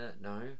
no